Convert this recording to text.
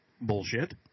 Bullshit